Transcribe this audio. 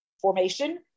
formation